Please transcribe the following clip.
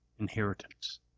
inheritance